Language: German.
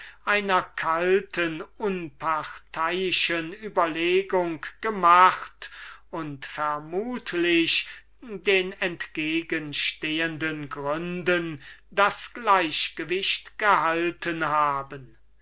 einer kalten unparteiischen überlegung gemacht und vermutlich den entgegenstehenden gründen das gleichgewicht gehalten haben